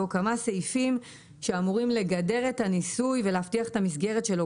כמה סעיפים שאמורים לגדר את הניסוי ולהבטיח את המסגרת שלו.